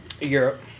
Europe